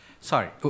Sorry